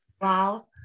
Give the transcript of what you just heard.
wow